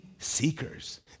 Seekers